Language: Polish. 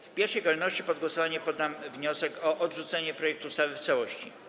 W pierwszej kolejności pod głosowanie poddam wniosek o odrzucenie projektu ustawy w całości.